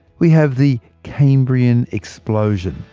we have the cambrian explosion,